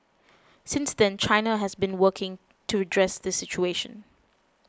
since then China has been working to redress this situation